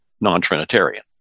non-Trinitarian